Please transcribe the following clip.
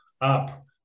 up